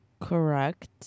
Correct